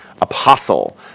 apostle